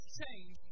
change